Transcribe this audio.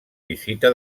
visita